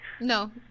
No